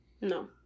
No